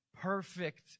perfect